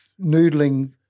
noodling